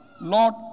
Lord